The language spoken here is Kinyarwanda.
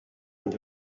ndi